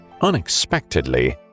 Unexpectedly